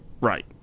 Right